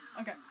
Okay